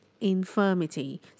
Infirmity